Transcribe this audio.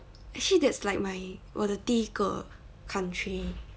actually that's like my 我的第一个 country